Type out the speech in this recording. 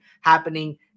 happening